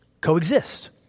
coexist